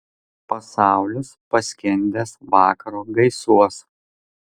pasaulis paskendęs vakaro gaisuos